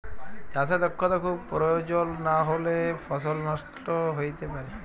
চাষে দক্ষতা খুব পরয়োজল লাহলে ফসল লষ্ট হ্যইতে পারে